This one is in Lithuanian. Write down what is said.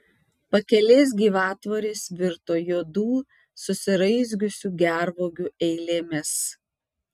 pakelės gyvatvorės virto juodų susiraizgiusių gervuogių eilėmis